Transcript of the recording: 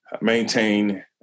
maintain